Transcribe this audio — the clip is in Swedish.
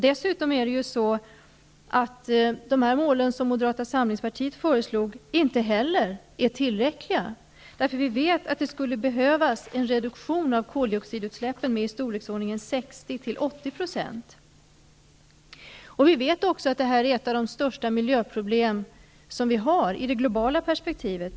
Dessutom är det så, att inte heller de mål som Moderata samlingspartiet har med i sina förslag är tillräckliga. Vi vet ju att det skulle behövas en reduktion av koldioxidutsläppen med 60--80 %. Vi vet också att det här är ett av de största miljöproblemen i det globala perspektivet.